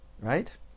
right